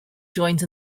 joins